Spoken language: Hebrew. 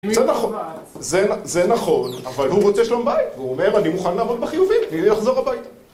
זה נכון, זה נכון, אבל הוא רוצה שלום בית, והוא אומר, אני מוכן לעבוד בחיובים, תני לי לחזור הביתה